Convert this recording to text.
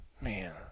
man